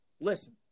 Listen